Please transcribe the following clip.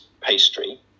pastry